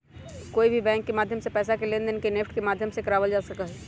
कोई भी बैंक के माध्यम से पैसा के लेनदेन के नेफ्ट के माध्यम से करावल जा सका हई